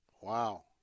Wow